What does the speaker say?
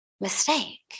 mistake